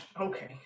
Okay